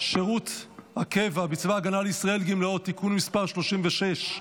שירות הקבע בצבא הגנה לישראל (גמלאות) (תיקון מס' 36),